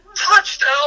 touchdown